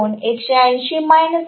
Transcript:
हा कोन 180 γ आहे